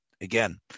again